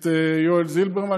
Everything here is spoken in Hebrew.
את יואל זילברמן,